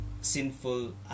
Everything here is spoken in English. sinful